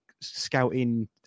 scouting